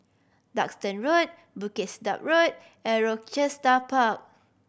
Duxton Road Bukit Sedap Road and Rochester Park